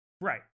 Right